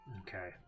Okay